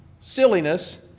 silliness